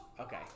Okay